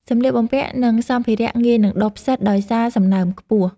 សម្លៀកបំពាក់ និងសម្ភារៈងាយនឹងដុះផ្សិតដោយសារសំណើមខ្ពស់។